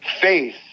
Faith